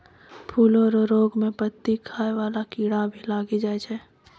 फूलो रो रोग मे पत्ती खाय वाला कीड़ा भी लागी जाय छै